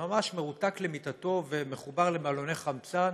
שממש מרותק למיטתו ומחובר לבלוני חמצן,